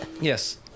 yes